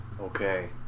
Okay